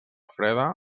freda